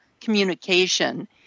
communication